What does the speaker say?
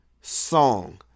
song